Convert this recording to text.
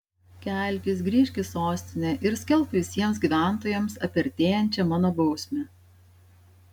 kelkis grįžk į sostinę ir skelbk visiems gyventojams apie artėjančią mano bausmę